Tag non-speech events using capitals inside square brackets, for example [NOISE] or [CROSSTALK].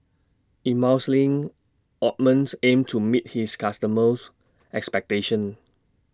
[UNINTELLIGIBLE] Ointments aims to meet its customers' expectations